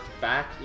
back